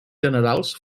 generals